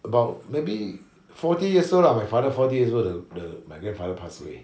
about maybe forty years old lah my father forty years old the the my grandfather passed away